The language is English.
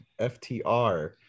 FTR